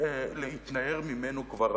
להתנער ממנו כבר עכשיו.